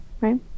right